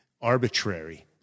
arbitrary